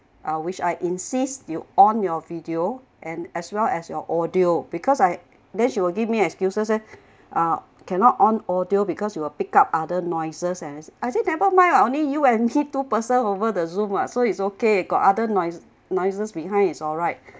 >I wish I insist you on your video and as well as your audio because I then she will give me excuses eh uh cannot on audio because you will pick up other noises and I I said never mind what only you and he two percent over the zoom what so it's okay got other noise noises behind is all right